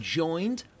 joined